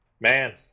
Man